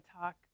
talk